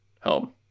home